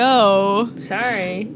Sorry